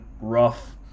rough